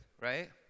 right